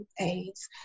aids